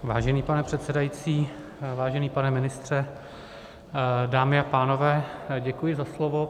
Vážený pane předsedající, vážený pane ministře, dámy a pánové, děkuji za slovo.